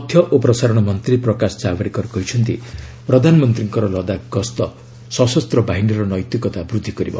ତଥ୍ୟ ଓ ପ୍ରସାରଣ ମନ୍ତ୍ରୀ ପ୍ରକାଶ ଜାବ୍ଡେକର କହିଛନ୍ତି ପ୍ରଧାନମନ୍ତ୍ରୀଙ୍କର ଲଦାଖ୍ ଗସ୍ତ ସଶସ୍ତ ବାହିନୀର ନୈତିକତା ବୂଦ୍ଧି କରିବ